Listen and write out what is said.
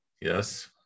Yes